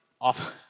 off